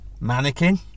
Mannequin